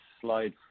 slide